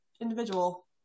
individual